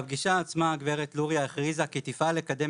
בפגישה עצמה הגב' לוריא הכריזה כי תפעל לקדם